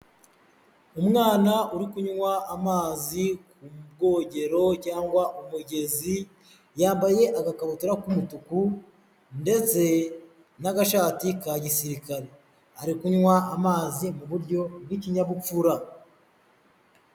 Umwana uri kunywa amazi ku bwogero cyangwa umugezi, yambaye agakabutura k'umutuku, ndetse n'agashati ka gisirikare. Ari kunywa amazi mu buryo bw'ikinyabupfura.